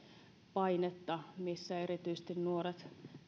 painetta missä erityisesti nuoret